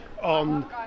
on